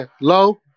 Low